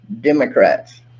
Democrats